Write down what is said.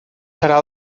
serà